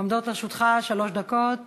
עומדות לרשותך שלוש דקות